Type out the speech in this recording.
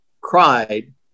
cried